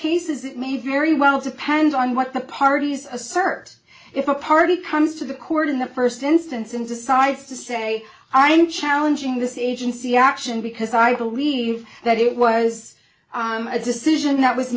cases it may very well depends on what the parties assert if a party comes to the court in the first instance and decides to say i'm challenging this is agency action because i believe that it was a decision that was